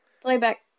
playback